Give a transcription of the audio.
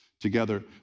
together